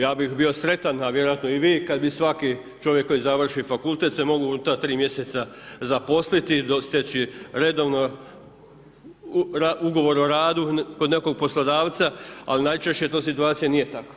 Ja bih bio sretan a vjerojatno i vi kada bi svaki čovjek koji završi fakultet se mogu u ta 3 mj. zaposliti do sljedeće redovno, ugovor o radu kod nekog poslodavca, ali najčešće to situacija nije tako.